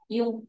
Yung